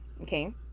Okay